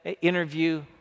interview